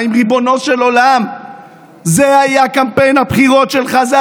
מעולם לא היו ימים כל כך כואבים לחיילי צה"ל,